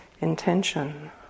intention